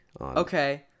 Okay